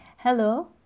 Hello